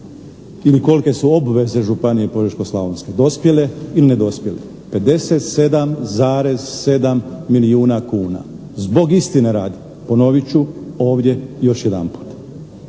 ili kolike su obveze Županije požeško-slavonske dospjele ili nedospjele. 57,7 milijuna kuna. Zbog istine radi ponovit ću ovdje još jedanput.